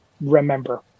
remember